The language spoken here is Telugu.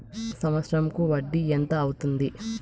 సంవత్సరం కు వడ్డీ ఎంత అవుతుంది?